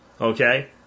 Okay